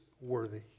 worthy